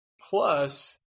Plus